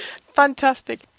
Fantastic